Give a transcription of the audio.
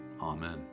Amen